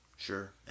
Sure